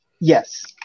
Yes